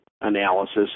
analysis